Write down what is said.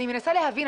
אני מנסה להבין.